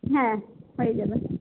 হ্যাঁ হয়ে যাবে